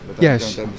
Yes